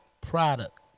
Product